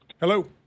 Hello